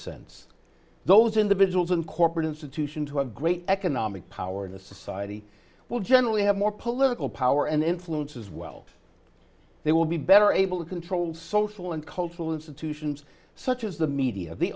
sense those individuals in corporate institution to have great economic power in the society will generally have more political power and influence as well they will be better able to control social and cultural institutions such as the media the